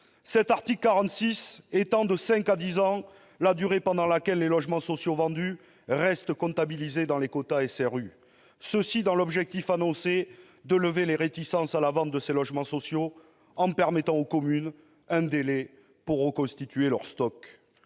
! L'article 46 étend de cinq à dix ans la durée pendant laquelle les logements sociaux vendus resteront comptabilisés dans les « quotas SRU », et ce dans l'objectif annoncé de lever les réticences à la vente de ces logements sociaux en accordant aux communes un délai pour reconstituer leur stock.